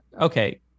Okay